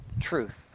truth